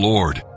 Lord